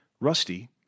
Rusty